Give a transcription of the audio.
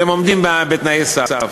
והם עומדים בתנאי סף.